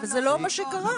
וזה לא מה שקרה.